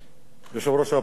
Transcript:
יושב-ראש האופוזיציה,